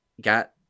got